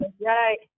Right